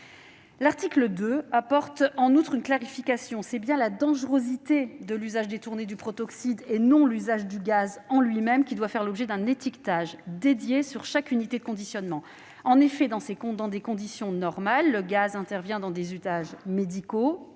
L'article 2 apporte en outre une clarification : c'est bien la dangerosité de l'usage détourné du protoxyde d'azote et non l'usage du gaz en lui-même qui doit faire l'objet d'un étiquetage dédié sur chaque unité de conditionnement. En effet, dans des conditions normales d'utilisation, le gaz est employé à des usages médicaux,